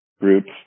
Groups